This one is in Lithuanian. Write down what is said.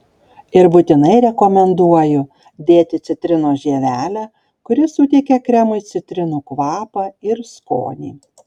ir būtinai rekomenduoju dėti citrinos žievelę kuri suteikia kremui citrinų kvapą ir skonį